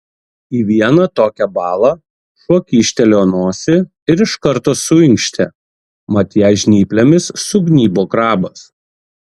į vieną tokią balą šuo kyštelėjo nosį ir iš karto suinkštė mat ją žnyplėmis sugnybo krabas